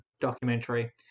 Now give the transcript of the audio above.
documentary